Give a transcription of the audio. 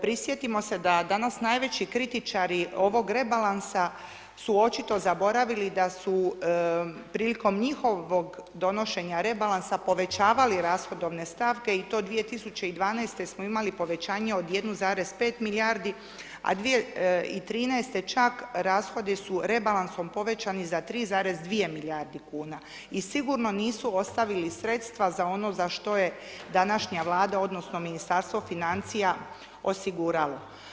Prisjetimo se da danas najveći kritičari ovog rebalansa su očito zaboravili da su prilikom njihovog donošenja rebalansa povećavali rashodovne stavke i to 2012. smo imali povećanje od 1,5 milijardi a 2013. čak rashodi su rebalansom povećani za 3,2 milijardi kuna i sigurno nisu ostavili sredstva za ono za što je današnja Vlada odnosno Ministarstvo financija osiguralo.